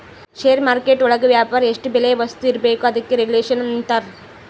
ಷೇರು market ಒಳಗ ವ್ಯಾಪಾರ ಎಷ್ಟ್ ಬೆಲೆ ವಸ್ತು ಇರ್ಬೇಕು ಅದಕ್ಕೆ ರೆಗುಲೇಷನ್ ಅಂತರ